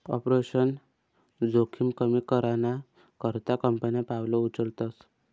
operational जोखिम कमी कराना करता कंपन्या पावलं उचलतस